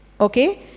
Okay